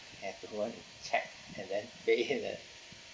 have to go and check and then pay then